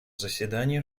заседание